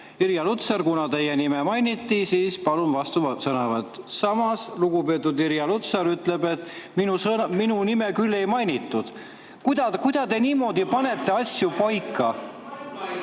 "Irja Lutsar, teie nime mainiti, palun, vastusõnavõtt." Samas lugupeetud Irja Lutsar ütleb, et tema nime küll ei mainitud. Kuidas te niimoodi panete asju paika?